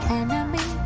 enemy